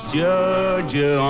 Georgia